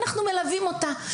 אנחנו מלווים אותה.